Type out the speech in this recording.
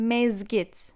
Mezgit